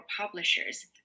publishers